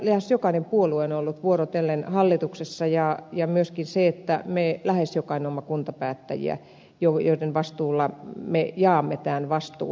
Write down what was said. lähes jokainen puolue on ollut vuorotellen hallituksessa ja myöskin me lähes jokainen olemme kuntapäättäjiä joiden vastuulla me jaamme tämän vastuun